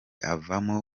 avamo